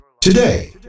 Today